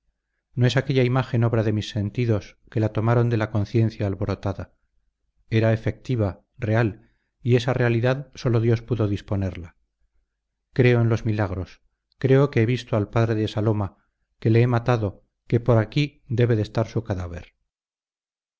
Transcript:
no es aquella imagen obra de mis sentidos que la tomaron de la conciencia alborotada era efectiva real y esta realidad sólo dios pudo disponerla creo en los milagros creo que he visto al padre de saloma que le he matado que por aquí debe de estar su cadáver